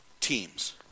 teams